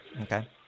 okay